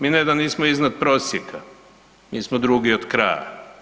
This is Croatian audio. Mi ne da nismo iznad prosjeka, mi smo drugi od kraja.